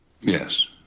yes